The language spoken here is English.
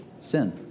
Sin